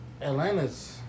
Atlanta's